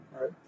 right